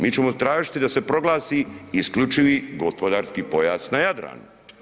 Mi ćemo tražiti da se proglasi isključivi gospodarski pojas na Jadranu.